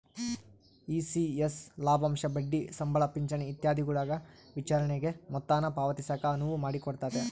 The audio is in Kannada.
ಇ.ಸಿ.ಎಸ್ ಲಾಭಾಂಶ ಬಡ್ಡಿ ಸಂಬಳ ಪಿಂಚಣಿ ಇತ್ಯಾದಿಗುಳ ವಿತರಣೆಗೆ ಮೊತ್ತಾನ ಪಾವತಿಸಾಕ ಅನುವು ಮಾಡಿಕೊಡ್ತತೆ